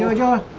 ah join